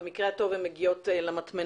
במקרה הטוב הן מגיעות למטמנה